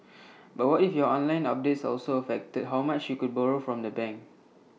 but what if your online updates also affected how much you could borrow from the bank